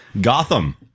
gotham